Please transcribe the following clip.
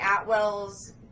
Atwell's